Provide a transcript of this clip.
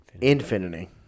infinity